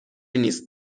نیست